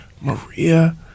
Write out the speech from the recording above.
Maria